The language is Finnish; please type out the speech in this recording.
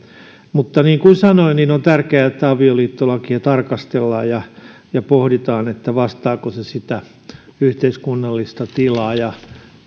mutta niin kuin sanoin on tärkeää että avioliittolakia tarkastellaan ja ja pohditaan vastaako se yhteiskunnallista tilaa ja